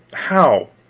how?